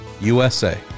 USA